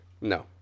No